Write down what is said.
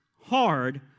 hard